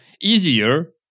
easier